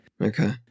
okay